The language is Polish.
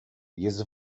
jest